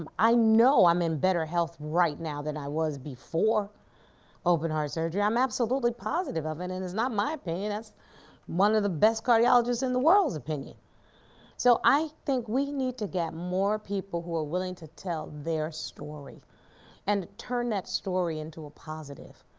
um i know i'm in better health right now than i was before open heart surgery. i'm absolutely positive of it and it's not my opinion, that's one of the best cardiologists in the world opinion so i think we need to get more people who are willing to tell their story and turn that story into a positive.